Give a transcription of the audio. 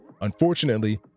unfortunately